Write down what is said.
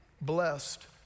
blessed